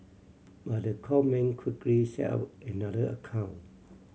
but the con man quickly set up another account